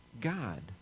God